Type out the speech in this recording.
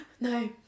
No